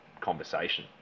conversation